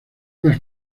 más